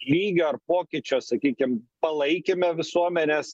lygio ar pokyčio sakykim palaikėme visuomenes